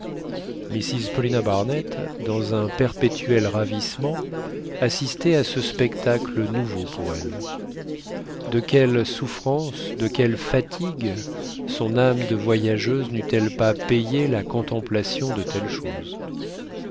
mrs paulina barnett dans un perpétuel ravissement assistait à ce spectacle nouveau pour elle de quelles souffrances de quelles fatigues son âme de voyageuse n'eût-elle pas payé la contemplation de telles choses